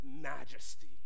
majesty